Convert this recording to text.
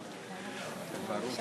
איילת